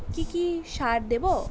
কি কি সার দেবো?